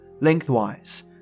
lengthwise